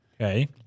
Okay